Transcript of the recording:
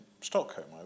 Stockholm